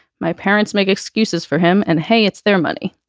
my parents make excuses for him and hey, it's their money.